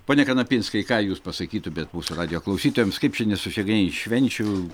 pone kanapinskai ką jūs pasakytumėt mūsų radijo klausytojams kaip čia nesusigadin švenčių